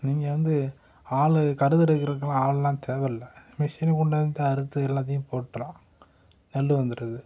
நீங்கள் வந்து ஆள் கருது அறுக்கிறதுக்கெலாம் ஆளுலாம் தேவை இல்லை மிஷின் கொண்டாந்து அறுத்து எல்லாத்தையும் போட்டுறோம் நெல் வந்துவிடுது